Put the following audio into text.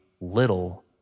little